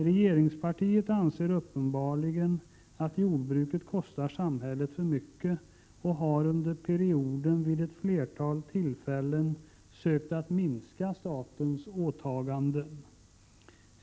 Regeringspartiet anser uppenbarligen att jordbruket kostar samhället för mycket och har under perioden vid ett flertal tillfällen sökt minska statens åtaganden.